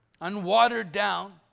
unwatered-down